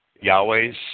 Yahweh's